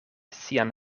sian